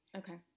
okay